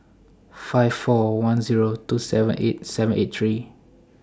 five four one Zero two seven eight seven eight three